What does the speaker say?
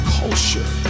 culture